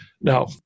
Now